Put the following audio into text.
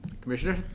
Commissioner